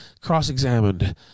cross-examined